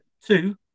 Two